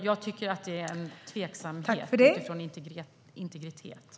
Jag tycker att det är tveksamt ur integritetssynpunkt.